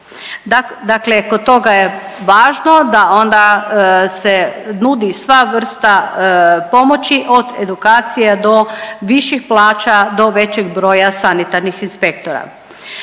Dakle, kod toga je važno da onda se nudi sva vrsta pomoći od edukacija do viših plaća, do većeg broja sanitarnih inspektora.